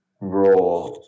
raw